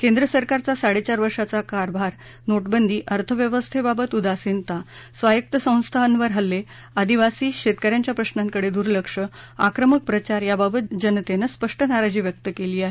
केन्द्र सरकारचा साडेचार वर्षांचा कारभार नोडिदी अर्थव्यवस्थेबाबत उदासीनता स्वायत्त संस्थांवर हल्ले आदिवासी शेतकऱ्यांच्या प्रश्रांकडे दुर्लक्ष आक्रमक प्रचार याबाबत जनतेने स्पष्ट नाराजी व्यक्त केली आहे